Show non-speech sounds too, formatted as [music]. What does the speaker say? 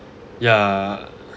ya [laughs]